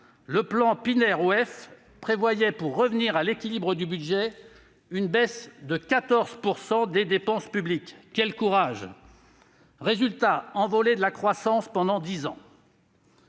le plan Pinay-Rueff prévoyait, pour revenir à l'équilibre du budget, une baisse de 14 % des dépenses publiques. Quel courage ! Résultat : envolée de la croissance pendant dix ans